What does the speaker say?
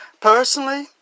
Personally